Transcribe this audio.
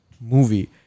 movie